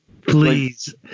Please